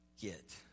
get